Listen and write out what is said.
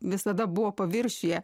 visada buvo paviršiuje